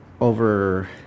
over